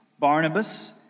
Barnabas